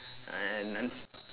and un~